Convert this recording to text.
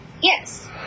Yes